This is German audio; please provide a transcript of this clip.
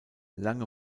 lange